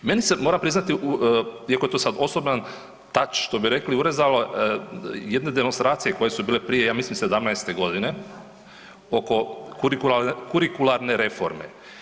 Meni se, moramo priznati, iako je to sad osoban „touch“, što vi rekli, urezalo jedne demonstracije koje su bile prije, ja mislim 17. godine, oko kurikularne reforme.